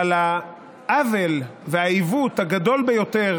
אבל העוול והעיוות הגדול ביותר